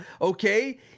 okay